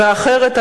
והאחרת,